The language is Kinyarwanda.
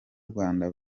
rwanda